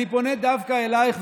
אני פונה דווקא אלייך,